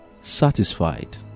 satisfied